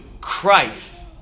Christ